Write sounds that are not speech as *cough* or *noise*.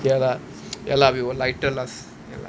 ya lah *noise* ya lah we were lighter last ya lah